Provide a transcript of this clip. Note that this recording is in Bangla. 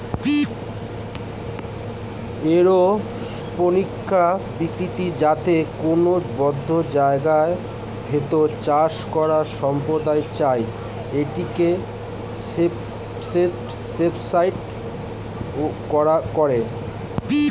এরওপনিক্স প্রক্রিয়াতে কোনো বদ্ধ জায়গার ভেতর চাষ করা সম্ভব তাই এটি স্পেসেও করে